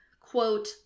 Quote